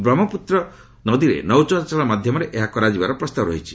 ବ୍ରହ୍ମପୁତ୍ର ନଦୀରେ ନୌଚଳାଚଳ ମାଧ୍ୟମରେ ଏହା କରାଯିବାର ପ୍ରସ୍ତାବ ରହିଛି